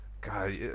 God